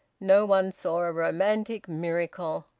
no one saw a romantic miracle.